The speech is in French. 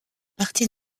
parti